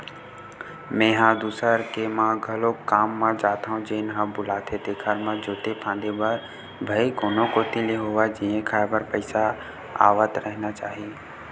मेंहा दूसर के म घलोक काम म जाथो जेन ह बुलाथे तेखर म जोते फांदे बर भई कोनो कोती ले होवय जीए खांए बर पइसा आवत रहिना चाही